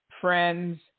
friends